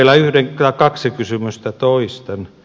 minä vielä kaksi kysymystä toistan